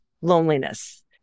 loneliness